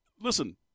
listen